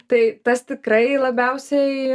tai tas tikrai labiausiai